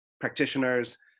practitioners